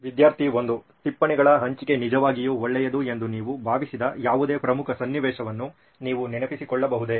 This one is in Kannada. ವಿದ್ಯಾರ್ಥಿ 1 ಟಿಪ್ಪಣಿಗಳ ಹಂಚಿಕೆ ನಿಜವಾಗಿಯೂ ಒಳ್ಳೆಯದು ಎಂದು ನೀವು ಭಾವಿಸಿದ ಯಾವುದೇ ಪ್ರಮುಖ ಸನ್ನಿವೇಶವನ್ನು ನೀವು ನೆನಪಿಸಿಕೊಳ್ಳಬಹುದೇ